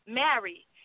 married